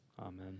Amen